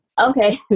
Okay